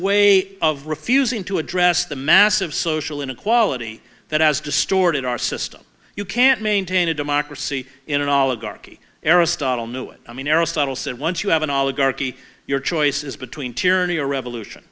way of refusing to address the massive social inequality that has distorted our system you can't maintain a democracy in an oligarchy aristotle knew it i mean aristotle said once you have an oligarchy your choice is between tyranny or revolution